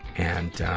and, ah,